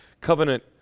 Covenant